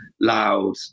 loud